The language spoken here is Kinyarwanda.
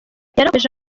yakomeje